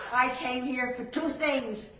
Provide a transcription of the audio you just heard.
i came here for two things,